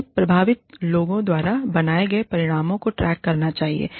उन्हें प्रभावित लोगों द्वारा बनाए गए परिणामों को ट्रैक करना चाहिए